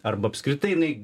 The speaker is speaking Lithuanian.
arba apskritai jinai